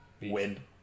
win